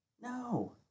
No